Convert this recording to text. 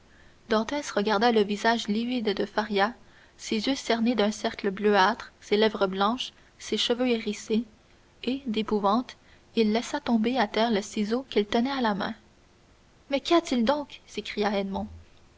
regarda le visage livide de faria ses yeux cernés d'un cercle bleuâtre ses lèvres blanches ses cheveux hérissés et d'épouvante il laissa tomber à terre le ciseau qu'il tenait à la main mais qu'y a-t-il donc s'écria